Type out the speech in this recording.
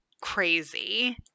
crazy